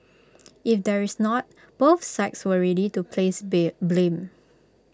if there's not both sides were ready to place beer blame